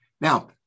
Now